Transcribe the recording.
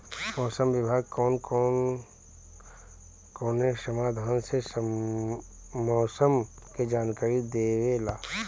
मौसम विभाग कौन कौने साधन से मोसम के जानकारी देवेला?